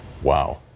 Wow